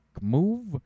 move